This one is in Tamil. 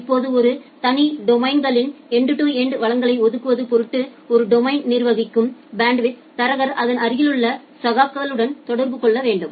இப்போது ஒரு தனி டொமைன்களில் எண்டு டு எண்டுவளங்களை ஒதுக்குவது பொருட்டு ஒரு டொமைனை நிர்வகிக்கும் பேண்ட்வித் தரகர் அதன் அருகிலுள்ள சகாக்களுடன் தொடர்பு கொள்ள வேண்டும்